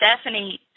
Stephanie